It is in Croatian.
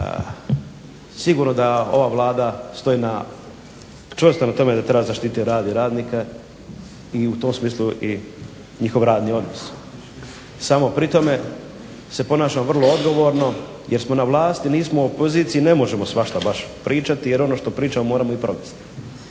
Sigurno da ova Vlada stoji na tome da čvrsto treba zaštiti rad i radnike i u tom smislu njihov radni odnos, samo pri tome se ponašamo vrlo odgovorno jer smo na vlasti i nismo u poziciji i ne možemo svašta baš pričati jer ono što pričamo moramo i provesti.